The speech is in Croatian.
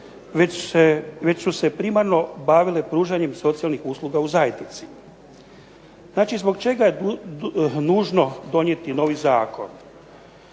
već su se primarno bavile pružanjem socijalnih usluga u zajednici. Zbog čega je nužno donijeti novi zakon?